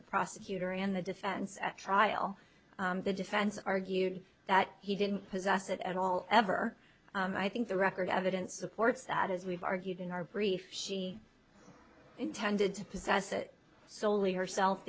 the prosecutor and the defense at trial the defense argued that he didn't possess it at all ever and i think the record evidence supports that as we've argued in our brief intended to possess it soley herself